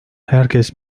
herkes